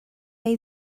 neu